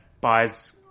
buys